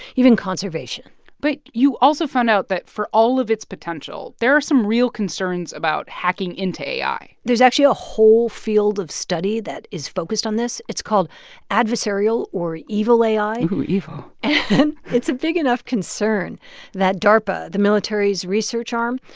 even conservation but you also found out that, for all of its potential, there are some real concerns about hacking into ai there's actually a whole field of study that is focused on this. it's called adversarial or evil ai ooh, evil and it's a big enough concern that darpa, the military's research arm,